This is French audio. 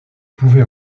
pouvait